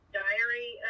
diary